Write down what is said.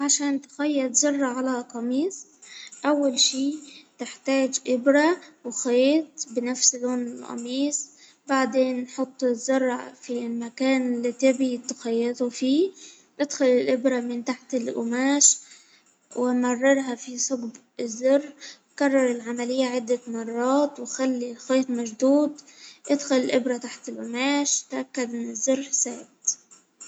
عشان تخيط زر على قميص، أول شيء تحتاج إبرة وخيط بنفس لون القميص، بعدين حط الزر في المكان اللي تبغي تخيطه فيه، أدخل الإبرة من تحت الأماش، ومررها في ثقب الزر كرر العملية عدة مرات وخلي الخيط مشدود، أدخل الإبرة تحت الأماش، تأكد من الزر ثابت.